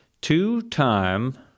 two-time